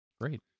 Great